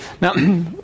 Now